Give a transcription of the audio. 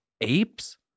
apes